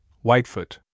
Whitefoot